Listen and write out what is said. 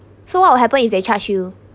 so what will happen if they charge you